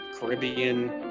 Caribbean